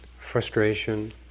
frustration